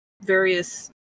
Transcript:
various